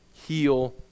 heal